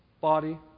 body